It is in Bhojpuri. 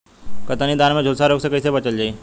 कतरनी धान में झुलसा रोग से कइसे बचल जाई?